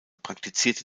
praktizierte